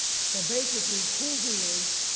so basically who he is,